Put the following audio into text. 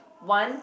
one